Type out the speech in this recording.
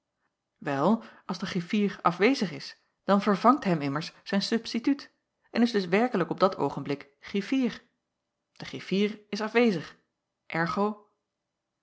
wel als de griffier afwezig is dan vervangt hem immers zijn substituut en is dus werkelijk op dat oogenblik griffier de griffier is afwezig ergo